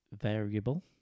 variable